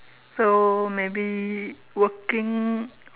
so maybe working or